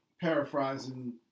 Paraphrasing